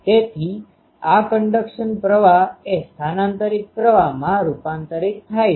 તેથી આ કન્ડકશન પ્રવાહ એ સ્થાનાંતરિત પ્રવાહમાં રૂપાંતરિત થાય છે